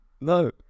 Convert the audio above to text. No